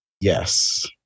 Yes